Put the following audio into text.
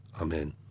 Amen